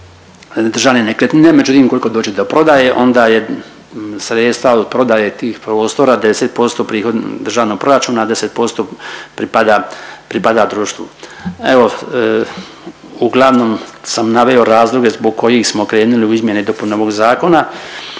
Državne nekretnine. Međutim, ukoliko dođe do prodaje onda sredstva od prodaje tih prostora 10% prihod državnog proračuna, a 10% pripada društvu. Evo uglavnom sam naveo razloge zbog kojih smo krenuli u izmjene i dopune ovog zakona